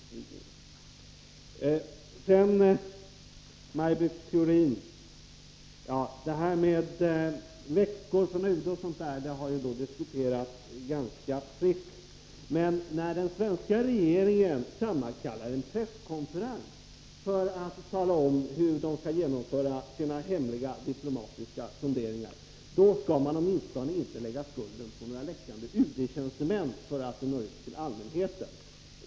Sedan några ord till Maj Britt Theorin om detta med läckor från UD — en fråga som har diskuterats ganska friskt. När den svenska regeringen sammankallar en presskonferens för att tala om hur den skall genomföra sina hemliga diplomatiska sonderingar — då skall regeringen åtminstone inte försöka lägga skulden för att detta når ut till allmänheten på några läckande UD-tjänstemän.